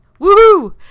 Woohoo